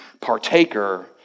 partaker